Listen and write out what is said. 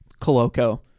Coloco